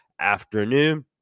afternoon